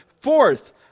Fourth